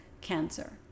Cancer